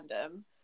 random